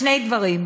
שני דברים: